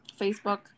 Facebook